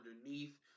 underneath